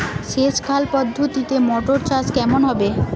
সেচ খাল পদ্ধতিতে মটর চাষ কেমন হবে?